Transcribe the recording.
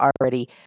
already